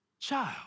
child